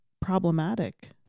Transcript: problematic